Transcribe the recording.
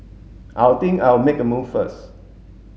I'll think I'll make a move first